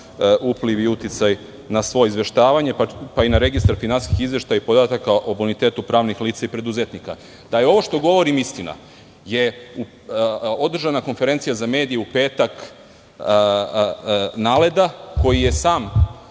upliv i uticaj na svoje izveštavanje, pa i na Registar finansijskih izveštaja i podataka o bonitetu pravnih lica i preduzetnika. Da je ovo što govorim istina, u petak je održana konferencija za medije NALED-a, koji je sam